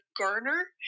Garner